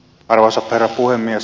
arvoisa herra puhemies